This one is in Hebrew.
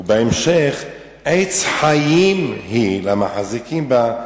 ובהמשך: "עץ חיים היא למחזיקים בה".